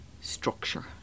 structure